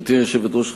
גברתי היושבת-ראש,